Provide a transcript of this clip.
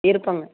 இருப்பேங்க